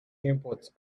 imports